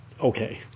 Okay